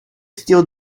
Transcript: still